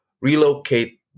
relocate